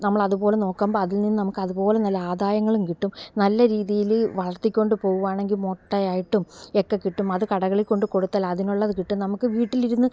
നമ്മളതു പോലെ നോക്കുമ്പം അതിൽ നിന്ന് നമുക്ക് അതു പോലെ നല്ല ആദായങ്ങളും കിട്ടും നല്ല രീതിയിൽ വളർത്തിക്കൊണ്ട് പോകുകയാണെങ്കിൽ മുട്ടയായിട്ടും ഒക്കെ കിട്ടും അത് കടകളിൽ കൊണ്ട് കൊടുത്താൽ അതിനുള്ളത് കിട്ടും നമുക്ക് വീട്ടിലിരുന്ന്